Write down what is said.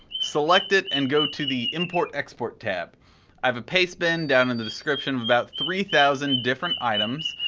select it and go to the import export tab i have a pastebin down in the description of about three thousand different items.